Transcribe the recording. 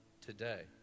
today